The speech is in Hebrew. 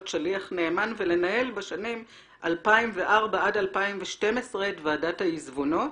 שליח נאמן ולנהל בשנים 20042012 את ועדת העיזבונות.